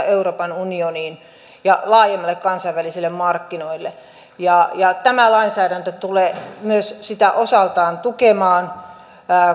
euroopan unioniin ja laajemmille kansainvälisille markkinoille tämä lainsäädäntö tulee myös sitä osaltaan tukemaan